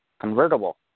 convertible